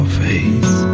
face